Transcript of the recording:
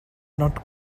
not